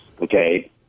okay